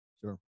sure